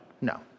No